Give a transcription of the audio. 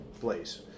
place